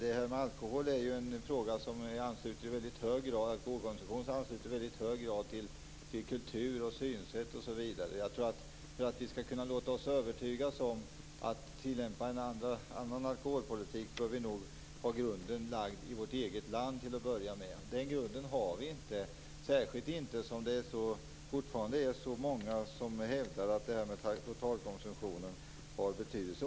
Detta med alkoholkonsumtion är ju en fråga som i väldig hög grad ansluter till kultur, synsätt osv. För att vi skall kunna låta oss övertygas om att tillämpa en annan alkoholpolitik, bör vi nog ha grunden lagd i vårt eget land till att börja med. Den grunden har vi inte, särskilt inte då det fortfarande är så många som hävdar att totalkonsumtionen har betydelse.